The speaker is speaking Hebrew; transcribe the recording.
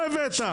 לא הבאת.